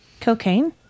Cocaine